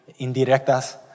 indirectas